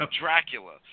Dracula